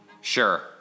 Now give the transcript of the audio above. sure